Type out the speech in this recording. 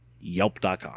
Yelp.com